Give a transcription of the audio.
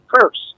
first